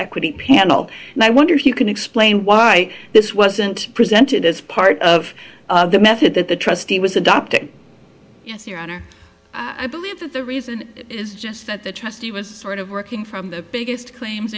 equity panel and i wonder if you can explain why this wasn't presented as part of the method that the trustee was adopting yes your honor i believe that the reason is just that the trustee was sort of working from the biggest claims